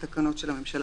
את התקנות של הממשלה.